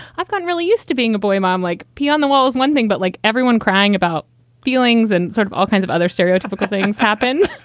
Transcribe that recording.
i can't really used to being a boy mom like pee on the walls. one thing, but like everyone crying about feelings and sort of all kinds of other stereotypical things happened.